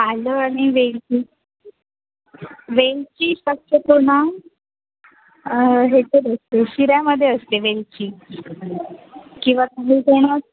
आलं आणि वेलची वेलची शक्यतो ना ह्याच्यात असते शिऱ्यामध्ये असते वेलची किंवा